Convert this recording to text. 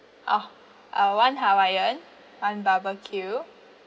oh uh one hawaiian one barbecue